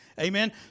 Amen